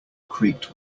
creaked